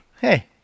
Hey